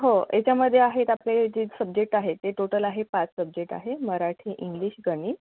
हो याच्यामधे आहेत आपले जे सब्जेक्ट आहेत ते टोटल आहे पाच सब्जेक्ट आहे मराठी इंग्लिश गणित